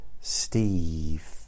Steve